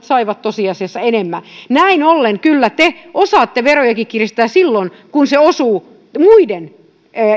saivat tosiasiassa enemmän näin ollen kyllä te osaatte verojakin kiristää silloin kun se osuu muiden